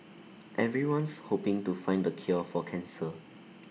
everyone's hoping to find the cure for cancer